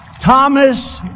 Thomas